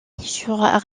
sur